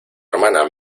hermana